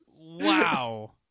Wow